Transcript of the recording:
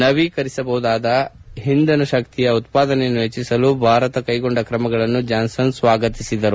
ನವೀಕರಿಸಬಹುದಾದ ಶಕ್ತಿಯ ಉತ್ಪಾದನೆಯನ್ನು ಹೆಚ್ಚಿಸಲು ಭಾರತ ಕೈಗೊಂಡ ಕ್ರಮಗಳನ್ನು ಜಾನ್ಲನ್ ಸ್ವಾಗತಿಸಿದರು